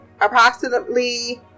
Approximately